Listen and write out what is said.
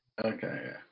Okay